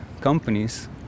companies